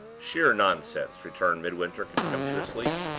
sheer nonsense! returned midwinter, contemptuously.